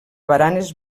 baranes